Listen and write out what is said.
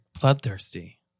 bloodthirsty